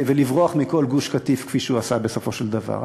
ולברוח מכל גוש-קטיף כפי שהוא עשה בסופו של דבר,